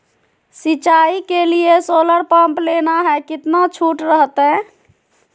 सिंचाई के लिए सोलर पंप लेना है कितना छुट रहतैय?